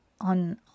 on